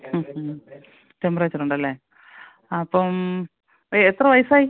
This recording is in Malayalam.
ടെംപറേച്ചറുണ്ടല്ലേ അപ്പം എത്ര വയസ്സായി